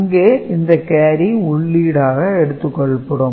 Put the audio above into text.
அங்கே இந்த கேரி உள்ளீடாக எடுத்துக் கொள்ளப்படும்